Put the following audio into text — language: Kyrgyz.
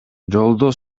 жолдо